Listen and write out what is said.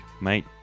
Mate